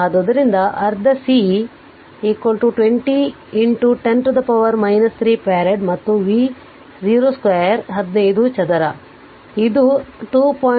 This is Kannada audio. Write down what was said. ಆದ್ದರಿಂದ ಅರ್ಧ C 20 10 ರ ಪವರ್ 3 ಫರಾಡ್ ಮತ್ತು V0 ಸ್ಕ್ವೇರ್ ಆದ್ದರಿಂದ 15 ಚದರ ಇದು 2